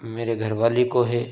मेरी घरवाली को है